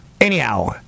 Anyhow